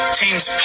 teams